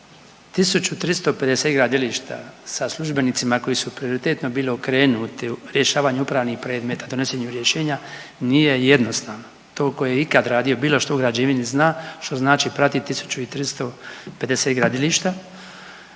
1.350 gradilišta sa službenici koji su prioritetno bili okrenuti rješavanju upravnih predmeta donošenju rješenja, nije jednostavno. To tko je ikad radio bilo što u građevini zna što znači pratiti 1.350 gradilišta